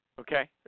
Okay